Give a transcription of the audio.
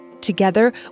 Together